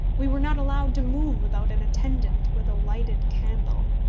we were not allowed to move without an attendant with a lighted candle.